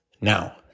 Now